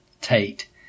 tate